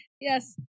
Yes